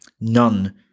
None